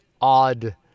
odd